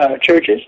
churches